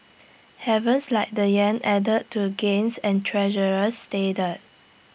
havens like the Yen added to gains and Treasuries steadied